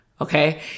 okay